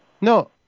No